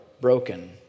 broken